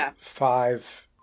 five